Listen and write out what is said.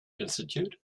institute